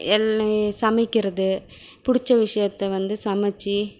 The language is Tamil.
எல் சமைக்கிறது பிடிச்ச விஷயத்தை வந்து சமைச்சி